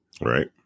Right